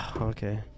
Okay